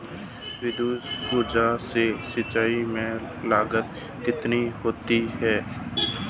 विद्युत ऊर्जा से सिंचाई में लागत कितनी होती है?